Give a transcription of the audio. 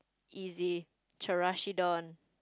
easy Chirashi don